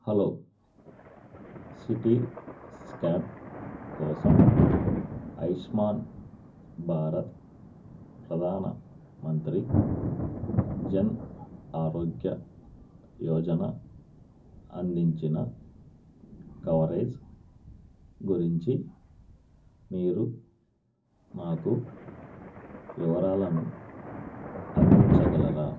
hello CT scan కోసం ఆయుష్మాన్ భారత్ ప్రధాన మంత్రి జన్ ఆరోగ్య యోజన అందించిన coverage గురించి మీరు నాకు వివరాలను అందించగలరా